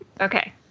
Okay